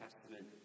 Testament